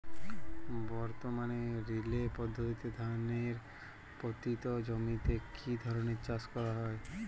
বর্তমানে রিলে পদ্ধতিতে ধানের পতিত জমিতে কী ধরনের চাষ করা হয়?